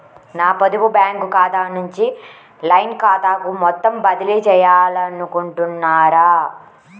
నా పొదుపు బ్యాంకు ఖాతా నుంచి లైన్ ఖాతాకు మొత్తం బదిలీ చేయాలనుకుంటున్నారా?